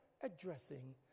addressing